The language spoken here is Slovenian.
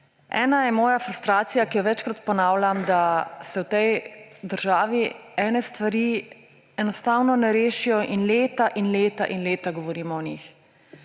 Ena je moja frustracija, ki jo večkrat ponavljam, da se v tej državi ene stvari enostavno ne rešijo in leta in leta in leta govorimo o njih.